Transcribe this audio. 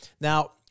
Now